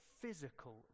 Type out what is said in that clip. physical